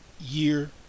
year